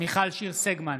מיכל שיר סגמן,